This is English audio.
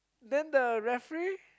then the referee